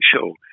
show